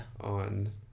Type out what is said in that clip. on